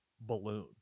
balloon